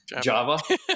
Java